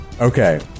Okay